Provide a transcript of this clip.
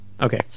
okay